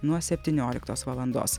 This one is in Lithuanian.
nuo septynioliktos valandos